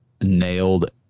nailed